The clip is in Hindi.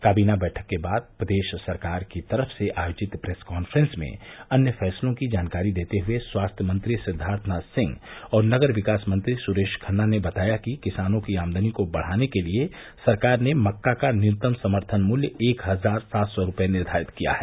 काबीना बैठक के बाद प्रदेश सरकार की तरफ से आयोजित प्रेस काफ्रेंस में अन्य फैसलों की जानकारी देते हुए स्वास्थ्य मंत्री सिद्वार्थनाथ सिंह और नगर विकास मंत्री सुरेश खन्ना ने बताया कि किसानों की आमदनी को बढ़ाने के लिए सरकार ने मक्का का न्यूनतम समर्थन मूल्य एक हजार सात सौ रूपये निर्धारित किया है